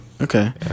Okay